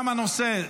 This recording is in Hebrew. שום ועדה אחרת.